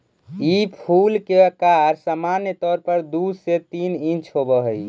ई फूल के अकार सामान्य तौर पर दु से तीन इंच होब हई